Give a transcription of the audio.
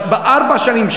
בארבע השנים,